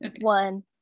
One